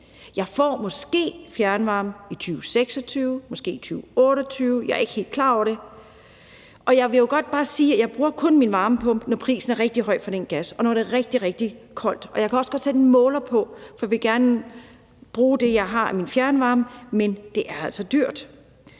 Jeg får måske fjernvarme i 2026, måske i 2028, jeg er ikke helt klar over det, og jeg vil godt bare sige, at jeg jo kun bruger min varmepumpe, når prisen på gas er rigtig høj, og når det er rigtig, rigtig koldt, og jeg kan også godt sætte en måler på, for jeg vil gerne bruge det, jeg har af min fjernvarme, men det er altså dyrt.